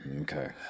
Okay